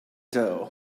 dough